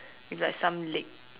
it's like some leg